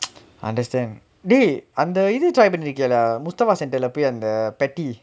I understand dey அந்த இது:antha ithu try பண்ணிருக்கியா இல்லையா:pannirukiyaa illaiyaa murtabak centre leh போய் அந்த:poi antha patty